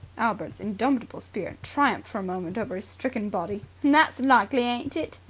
albert's indomitable spirit triumphed for a moment over his stricken body. that's likely, ain't it!